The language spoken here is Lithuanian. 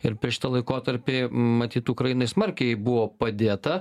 ir per šitą laikotarpį matyt ukrainai smarkiai buvo padėta